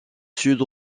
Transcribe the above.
sud